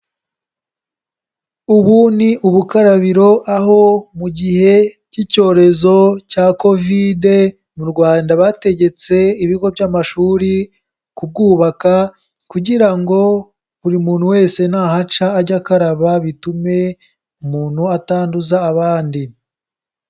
Ubu ni ubukarabiro, aho mu gihe cy'icyorezo cya kovide, mu Rwanda bategetse ibigo by'amashuri kubwubaka kugira ngo buri muntu wese nahaca ajya akaba, bitume umuntu atanduza abandi.